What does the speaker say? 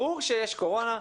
ברור שיש קורונה,